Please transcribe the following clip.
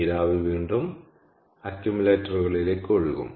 നീരാവി വീണ്ടും അക്യുമുലേറ്ററുകളിലേക്ക് ഒഴുകും